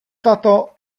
tato